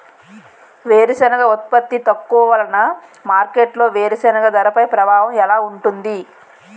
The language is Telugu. వేరుసెనగ ఉత్పత్తి తక్కువ వలన మార్కెట్లో వేరుసెనగ ధరపై ప్రభావం ఎలా ఉంటుంది?